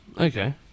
okay